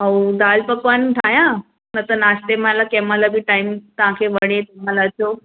ऐं दाल पकवान ठाहियां न त नाश्ते महिल कंहिं महिल बि टाइम तव्हां खे वणे जंहिं महिल अचो